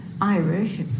Irish